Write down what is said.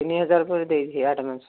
ତିନି ହଜାର ପରେ ଦେଇଦେବେ ଆଡଭାନ୍ସ